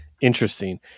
interesting